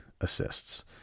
assists